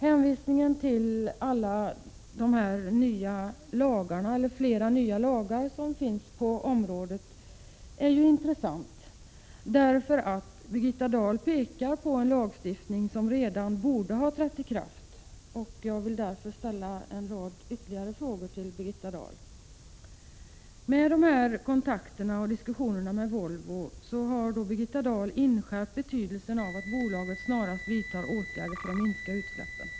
Hänvisningen till alla de nya lagarna på detta område är ju intressant. Birgitta Dahl pekar nämligen på en lagstiftning som redan borde ha trätt i kraft. Jag vill därför ställa ytterligare frågor. Vid kontakterna och diskussionerna med Volvo har Birgitta Dahl alltså inskärpt betydelsen av att bolaget snabbt vidtar åtgärder för att minska utsläppen.